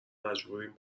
مجبوریم